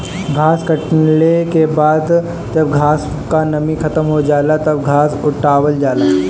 घास कटले के बाद जब घास क नमी खतम हो जाला तब घास उठावल जाला